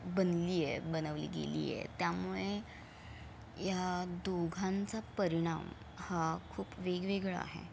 बनली आहे बनवली गेली आहे त्यामुळे ह्या दोघांचा परिणाम हा खूप वेगवेगळा आहे